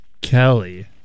Kelly